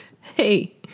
Hey